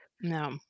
no